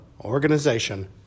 organization